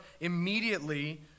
immediately